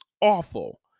Awful